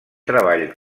treball